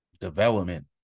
development